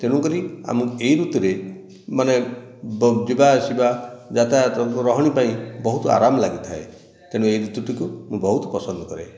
ତେଣୁକରି ଆମକୁ ଏହି ଋତୁରେ ମାନେ ଯିବା ଆସିବା ଯାତାୟାତ ଏବଂ ରହଣି ପାଇଁ ବହୁତ ଆରାମ ଲାଗିଥାଏ ତେଣୁ ଏହି ଋତୁଟିକୁ ମୁଁ ବହୁତ ପସନ୍ଦ କରେ